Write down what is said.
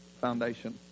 foundation